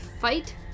fight